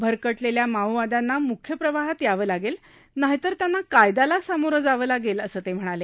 भरकटलेल्या माओवाद्यांना म्ख्य प्रवाहात यावं लागेल नाहीतर त्यांना कायद्याला सामोरं जावं लागेल असं ते म्हणाले